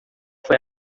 foi